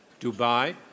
Dubai